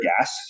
gas